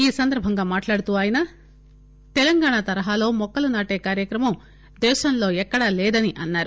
ఈ సందర్బంగా అయన మాట్లాడుతూ తెలంగాణ తరహాలో మొక్కలు నాటే కార్యక్రమం దేశంలో ఎక్కడా లేదని అన్నారు